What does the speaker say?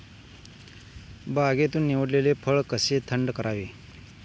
बागेतून निवडलेले फळ कसे थंड करावे?